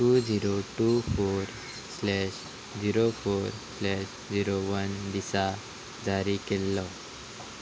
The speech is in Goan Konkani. two zero two four slash zero four slash zero one दिसा जारी केल्लो